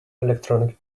electronic